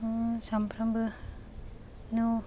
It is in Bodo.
सानफ्रोमबो न'